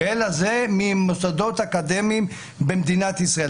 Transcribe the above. אלא אנשים ממוסדות אקדמיים במדינת ישראל.